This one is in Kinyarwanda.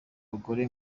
mugore